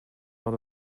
lot